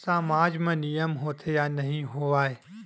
सामाज मा नियम होथे या नहीं हो वाए?